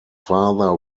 father